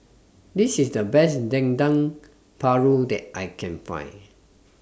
This IS The Best Dendeng Paru that I Can Find